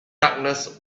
darkness